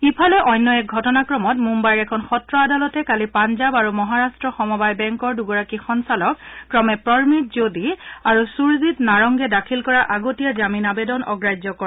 ইফালে অন্য এক ঘটনাক্ৰমত মুন্বাইৰ এখন সত্ৰ আদালতে কালি পঞ্জাব আৰু মহাৰাট্ট সমবায় বেংকৰ দুগৰাকী সঞালক ক্ৰমে পৰমিত ছোধি আৰু সূৰজিৎ নাৰংগে দাখিল কৰা আগতীয়া জামিন আৱেদন অগ্ৰাজ্য কৰে